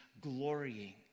glorying